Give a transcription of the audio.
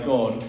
God